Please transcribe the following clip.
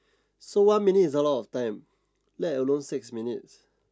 so one minute is a lot of time let alone six minutes